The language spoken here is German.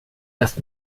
erst